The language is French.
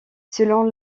selon